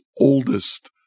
oldest